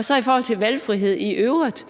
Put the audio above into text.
Så i forhold til valgfrihed i øvrigt: